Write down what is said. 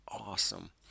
awesome